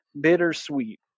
bittersweet